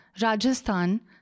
Rajasthan